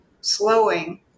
slowing